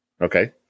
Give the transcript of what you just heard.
Okay